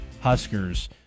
Huskers